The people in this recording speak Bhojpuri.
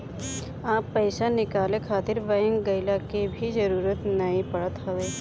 अब पईसा निकाले खातिर बैंक गइला के भी जरुरत नाइ पड़त हवे